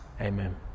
Amen